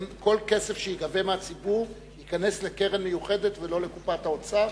כל כסף שייגבה מהציבור ייכנס לקרן מיוחדת ולא לקופת האוצר?